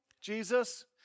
Jesus